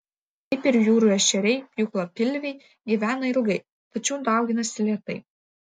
kaip ir jūrų ešeriai pjūklapilviai gyvena ilgai tačiau dauginasi lėtai